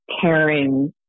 caring